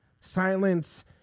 Silence